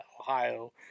Ohio